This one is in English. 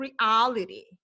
reality